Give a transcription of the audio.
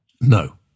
No